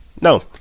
No